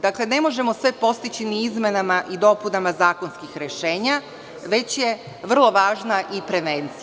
Dakle, ne možemo sve postići ni izmenama i dopunama zakonskih rešenja, već je vrlo važna i prevencija.